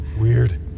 Weird